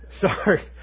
sorry